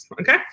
Okay